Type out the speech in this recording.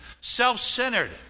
self-centered